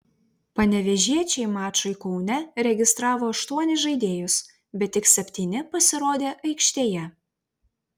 panevėžiečiai mačui kaune registravo aštuonis žaidėjus bet tik septyni pasirodė aikštėje